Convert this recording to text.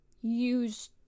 use